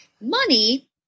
money